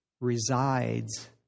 resides